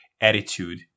attitude